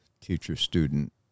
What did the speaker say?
teacher-student